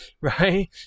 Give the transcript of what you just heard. right